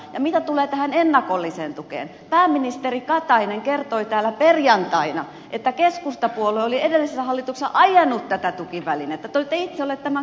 mitä tulee tähän ennakolliseen tukeen niin pääministeri katainen kertoi täällä perjantaina että keskustapuolue oli edellisessä hallituksessa ajanut tätä tukivälinettä te olitte itse olleet tämän kannalla